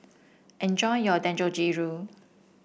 enjoy your Dangojiru